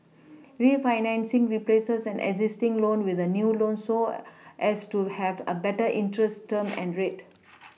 refinancing replaces an existing loan with a new loan so as to have a better interest term and rate